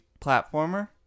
platformer